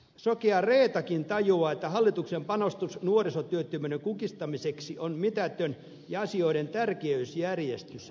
sokea reettakin tajuaa että hallituksen panostus nuorisotyöttömyyden kukistamiseksi on mitätön ja asioiden tärkeysjärjestys sekaisin